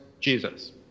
Jesus